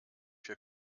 für